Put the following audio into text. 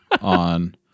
on